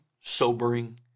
sobering